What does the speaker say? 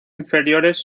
inferiores